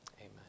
amen